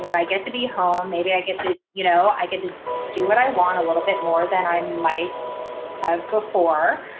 you know i get to be home. maybe i get to, you know, i get to do what i want a little bit more than i might have before.